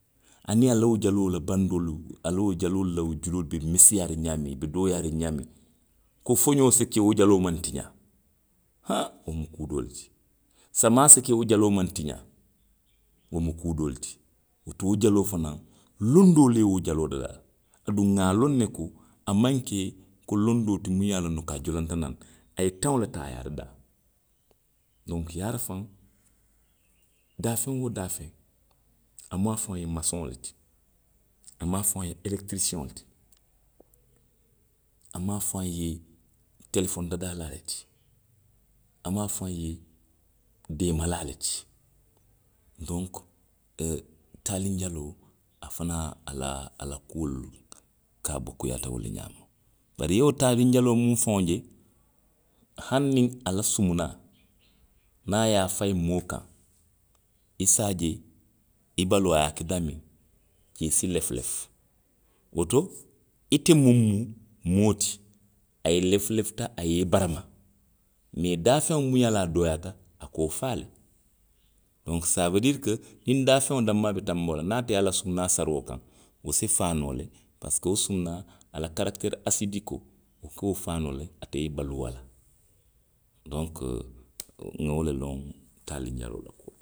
Aniŋ a la wo jaloo la bandoolu, a la wo jaloolu la wo juloolu be meseyaariŋ ňaamiŋ, i be dooyaariŋ ňaamiŋ, ko foňoo se ke wo jaloo maŋ tiňaa. ha, wo mu kuu doo le ti. Samaa se ke wo jaloo maŋ tiňaa. wo mu kuu doo le ti. Wo to wo jaloo fanaŋ, londoo le ye wo jaloo dadaa. Aduŋ nŋa loŋ ne ko, a maŋ ke ko londoo ti muŋ ye a loŋ ko a jolonta naŋ. A ye taŋo le taa, a ye a dadaa. Donku yaarafaŋ, daafeŋ woo daafeŋ, a mu a faŋ te masoŋo le ti. A mu a faŋo ye elekitrisiyeŋo le ti, a mu a faŋo ye telefoni dadaalaa le ti, a mu a faŋo ye deemalaa le ti. Donku. oo taaliŋ jaloo. a fanaŋ, a, a la kuolu kaaba kuyaata wo le ňaama. bari i ye wo taaliŋ jaloo muŋ faŋo je. hani a la sumunaa. niŋ a ye a fayi moo kaŋ, i se a je, i baloo a ye a ke daamiŋ, jee si lefulefu. Woto, ite muŋ mu moo ti. a lefulefuta, a ye i barama, mee daafeŋo muŋ ye a low dooyaata, a ka wo faa le, donku sa woo diiri ko, niŋ daafeŋo danmaa be tanboo la niŋ a te ye a la sumunaa sari wo kaŋ. wo si faa noo le; parisiko wo sumunaa. a la karakiteeri asedikoo, wo ka wo faa noo le, ate ye baluu wo la. Donku, nŋa wo le loŋ taaliŋ jaloo la kuo to.